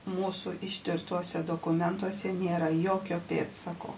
mūsų ištirtuose dokumentuose nėra jokio pėdsako